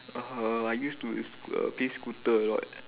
ah uh I used to err play scooter a lot